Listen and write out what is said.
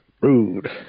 Rude